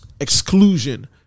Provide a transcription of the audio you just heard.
exclusion